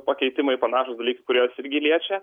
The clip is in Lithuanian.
pakeitimai panašūs dalykai kurios irgi liečia